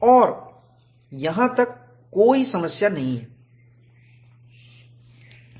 और यहां तक कोई समस्या नहीं है